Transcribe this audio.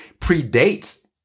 predates